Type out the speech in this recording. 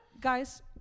guys